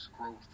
growth